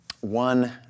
One